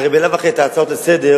הרי בלאו הכי את ההצעות לסדר-היום,